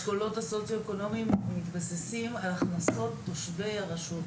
האשכולות הסוציואקונומיים מתבססים על הכנסות תושבי הרשות.